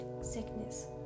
sickness